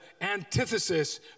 antithesis